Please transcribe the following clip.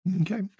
okay